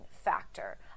factor